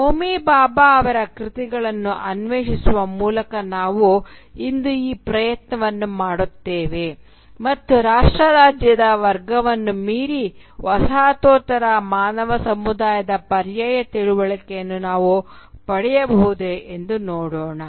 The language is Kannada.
ಹೋಮಿ ಭಾಭಾ ಅವರ ಕೃತಿಗಳನ್ನು ಅನ್ವೇಷಿಸುವ ಮೂಲಕ ನಾವು ಇಂದು ಈ ಪ್ರಯತ್ನವನ್ನು ಮಾಡುತ್ತೇವೆ ಮತ್ತು ರಾಷ್ಟ್ರ ರಾಜ್ಯದ ವರ್ಗವನ್ನು ಮೀರಿ ವಸಾಹತೋತ್ತರ ಮಾನವ ಸಮುದಾಯದ ಪರ್ಯಾಯ ತಿಳುವಳಿಕೆಯನ್ನು ನಾವು ಪಡೆಯಬಹುದೇ ಎಂದು ನೋಡೋಣ